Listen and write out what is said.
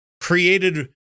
created